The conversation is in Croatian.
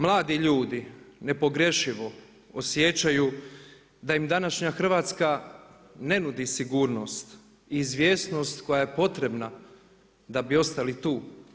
Mladi ljudi nepogrešivo osjećaju da im današnja Hrvatska ne nudi sigurnost, izvjesnost koja je potrebna da bi ostali tu.